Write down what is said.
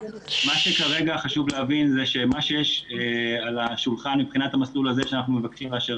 כרגע חשוב להבין שמה שיש על השולחן במסלול שאנחנו מבקשים לאשר